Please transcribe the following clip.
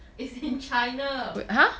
is in China